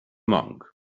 monk